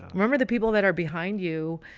remember the people that are behind you,